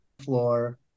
floor